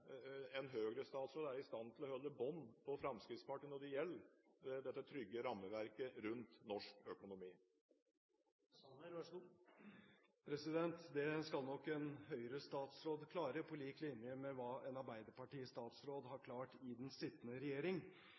en Høyre-statsråd er i stand til å holde bånd på Fremskrittspartiet når det gjelder dette trygge rammeverket rundt norsk økonomi. Det skal nok en Høyre-statsråd klare, på lik linje med hva en Arbeiderparti-statsråd har klart i den sittende